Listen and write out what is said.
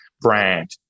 Brand